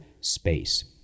space